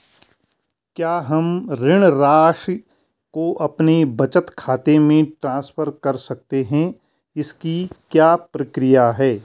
क्या हम ऋण राशि को अपने बचत खाते में ट्रांसफर कर सकते हैं इसकी क्या प्रक्रिया है?